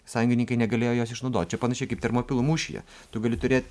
sąjungininkai negalėjo jos išnaudot čia panašiai kaip termopilų mūšyje tu gali turėt